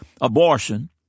abortion